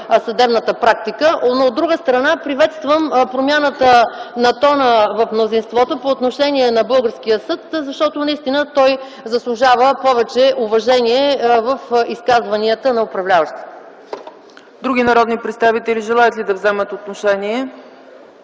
съдебната практика. От друга страна, приветствам промяната в тона на мнозинството по отношение на българския съд, защото наистина той заслужава повече уважение в изказванията на управляващите. ПРЕДСЕДАТЕЛ ЦЕЦКА ЦАЧЕВА: Други народни представители желаят ли да вземат отношение?